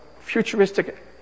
futuristic